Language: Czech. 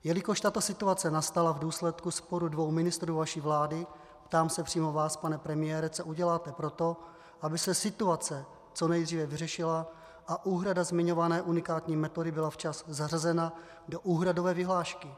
Jelikož tato situace nastala v důsledku sporu dvou ministrů vaší vlády, ptám se přímo vás, pane premiére, co uděláte proto, aby se situace co nejdříve vyřešila a úhrada zmiňované unikátní metody byla včas zařazena do úhradové vyhlášky.